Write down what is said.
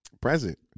present